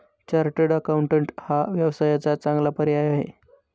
chartered accountant हा व्यवसायाचा चांगला पर्याय आहे